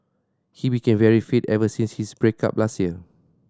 he became very fit ever since his break up last year